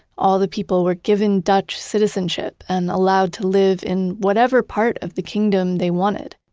all the people were given dutch citizenship and allowed to live in whatever part of the kingdom they wanted.